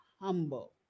humble